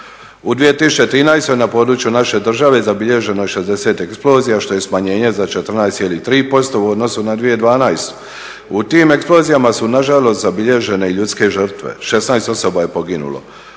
U 2013. na području naše države zabilježeno je 60 eksplozija, što je smanjenje za 14,3% u odnosu na 2012. U tim eksplozijama su nažalost zabilježene i ljudske žrtve, 16 osoba je poginulo.